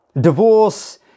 Divorce